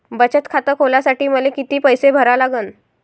बचत खात खोलासाठी मले किती पैसे भरा लागन?